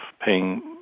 paying